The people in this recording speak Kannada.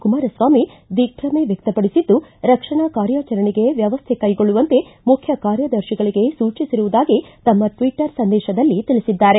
ಕುಮಾರಸ್ವಾಮಿ ದಿಗ್ಗಮ ವ್ಯಕ್ತಪಡಿಸಿದ್ದು ರಕ್ಷಣಾ ಕಾರ್ಯಾಚರಣೆಗೆ ವ್ಯವಕ್ಕೆ ಕೈಗೊಳ್ಳುವಂತೆ ಮುಖ್ಯ ಕಾರ್ಯದರ್ಶಿಗಳಿಗೆ ಸೂಚಿಸಿರುವುದಾಗಿ ತಮ್ಮ ಟ್ವಟ್ರ ಸಂದೇಶದಲ್ಲಿ ತಿಳಿಸಿದ್ದಾರೆ